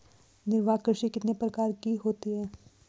निर्वाह कृषि कितने प्रकार की होती हैं?